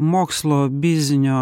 mokslo biznio